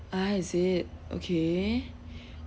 ah I see okay